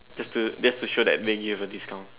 just to just to show that they give a discount